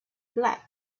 black